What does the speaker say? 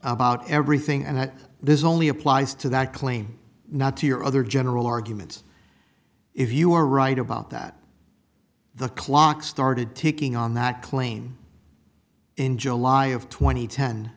about everything and that this only applies to that claim not to your other general arguments if you are right about that the clock started ticking on that claim in july of tw